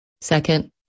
second